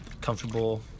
comfortable